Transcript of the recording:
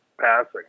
passing